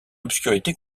obscurité